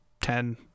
ten